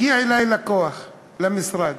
הגיע אלי לקוח למשרד,